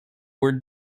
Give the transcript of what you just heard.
were